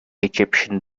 egyptian